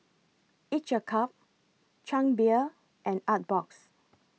Each A Cup Chang Beer and Artbox